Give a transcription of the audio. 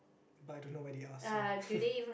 but I don't know where they are so